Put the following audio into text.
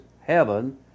heaven